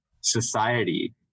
society